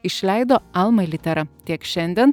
išleido alma littera tiek šiandien